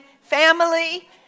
family